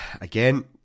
again